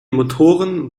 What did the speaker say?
motoren